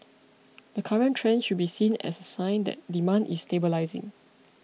the current trend should be seen as a sign that demand is stabilising